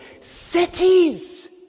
cities